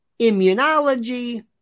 Immunology